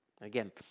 Again